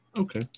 Okay